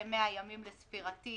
זה לספירתי